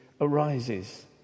arises